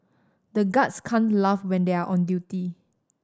the guards can't laugh when they are on duty